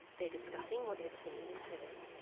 they're discussing what they've seen and heard.